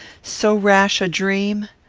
so rash a dream!